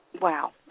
Wow